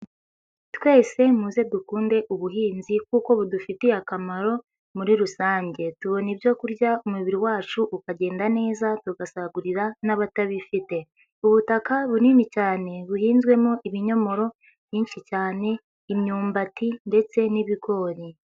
Twese muze dukunde ubuhinzi kuko budufitiye akamaro muri rusange; tubona ibyokurya umubiri wacu ukagenda neza tugasagurira n'abatabifite. Ubutaka bunini cyane buhinzwemo ibinyomoro byinshi cyane, imyumbati ndetse n'ibigori.